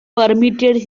permeated